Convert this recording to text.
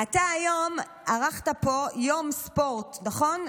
במיוחד, אתה היום ערכת פה יום ספורט, נכון?